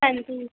ਹਾਂਜੀ